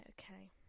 Okay